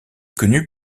connu